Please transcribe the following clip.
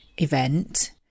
event